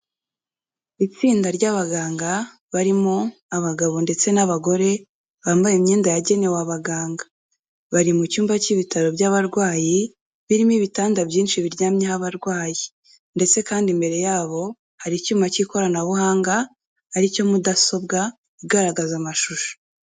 Itsinda ry'abaganga barimo abagabo ndetse n'abagore, bambaye imyenda yagenewe abaganga, bari mu cyumba cy'ibitaro by'abarwayi birimo ibitanda byinshi biryamyeho abarwayi ndetse kandi imbere yabo hari icyuma cy'ikoranabuhanga ari cyo mudasobwa igaragaza amashusho.